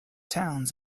towns